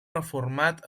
reformat